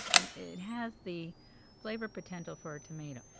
and it has the flavor potential for a tomato.